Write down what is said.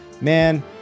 man